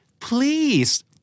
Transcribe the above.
please